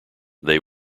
they